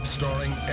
starring